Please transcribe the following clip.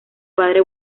padre